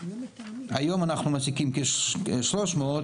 היום אנחנו מעסיקים כ-300,